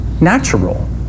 natural